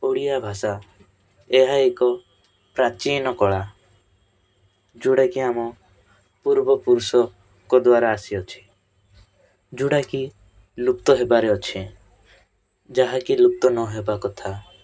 ଓଡ଼ିଆ ଭାଷା ଏହା ଏକ ପ୍ରାଚୀନ କଳା ଯେଉଁଟା କି ଆମ ପୂର୍ବପୁରୁଷଙ୍କ ଦ୍ଵାରା ଆସି ଅଛି ଯେଉଁଟା କି ଲୁପ୍ତ ହେବାରେ ଅଛି ଯାହାକି ଲୁପ୍ତ ନହେବା କଥା